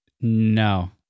No